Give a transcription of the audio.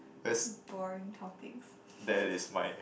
boring topics